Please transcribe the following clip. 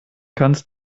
kannst